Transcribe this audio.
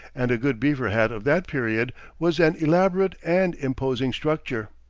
and a good beaver hat of that period was an elaborate and imposing structure.